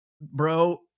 bro